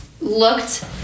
looked